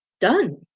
done